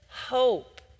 hope